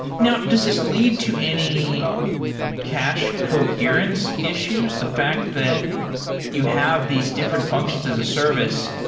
now, does this lead to any cache coherence issues? the fact that you have these different functions as a service.